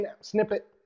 snippet